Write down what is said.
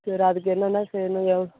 சரி அதுக்கு என்னென்ன செய்யணுங்கிற